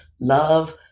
love